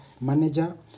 manager